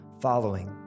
following